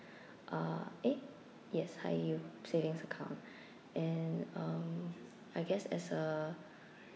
uh eh yes high yield savings account and um I guess as a